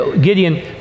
Gideon